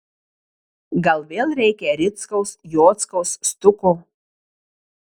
gal vėl reikia rickaus jockaus stuko